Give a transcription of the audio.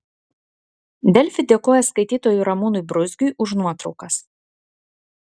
delfi dėkoja skaitytojui ramūnui bruzgiui už nuotraukas